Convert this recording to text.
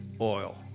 oil